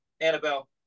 Annabelle